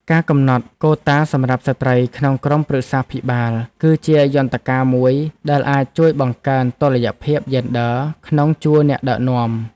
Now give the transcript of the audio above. ការកំណត់កូតាសម្រាប់ស្ត្រីក្នុងក្រុមប្រឹក្សាភិបាល គឺជាយន្តការមួយដែលអាចជួយបង្កើនតុល្យភាពយេនឌ័រក្នុងជួរអ្នកដឹកនាំ។